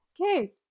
Okay